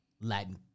Latin